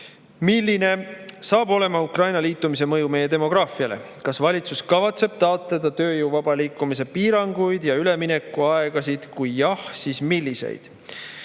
Milline saab olema Ukraina liitumise mõju meie demograafiale? Kas valitsus kavatseb taotleda tööjõu vaba liikumise piiranguid ja üleminekuaegasid? Kui jah, siis milliseid?